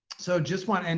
so just want. and